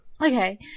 Okay